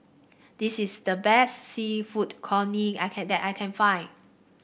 this is the best seafood congee I can that I can find